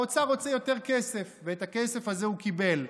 האוצר רוצה יותר כסף, ואת הכסף הזה הוא קיבל.